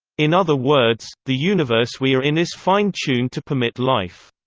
in other words, the universe we are in is fine tuned to permit life.